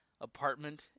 apartment